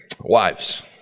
Wives